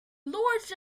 lords